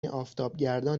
آفتابگردان